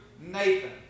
Nathan